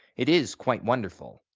it is quite wonderful.